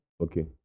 Okay